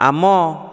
ଆମ